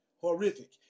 Horrific